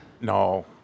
no